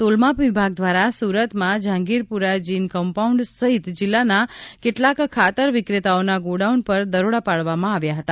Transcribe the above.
તોલમાપ વિભાગ દ્વારા સુરતમાં જહાંગીરપુરા જિન કમ્પાઉન્ડ સહિત જિલ્લાના કેટલાક ખાતર વિક્રેતાઓના ગોડાઉન પર દરોડા પાડવામાં આવ્યા હતા